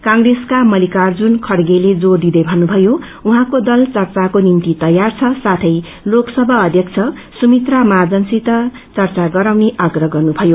कांप्रेसका मल्लिकार्जुन खड़गेले जोर दिदै भन्नुभयो उशैंको दल षर्याको निम्ति तैयार छ साथै लोकसभा अध्यक्ष सुमित्रा महाजनसित चर्चा गराउने आप्रह गर्नुषयो